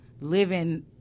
living